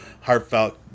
heartfelt